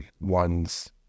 one's